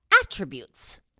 attributes